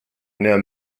near